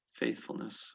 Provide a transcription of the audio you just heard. faithfulness